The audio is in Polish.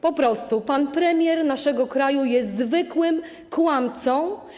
Po prostu, pan premier naszego kraju jest zwykłym kłamcą.